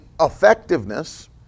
effectiveness